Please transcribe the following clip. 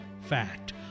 Fact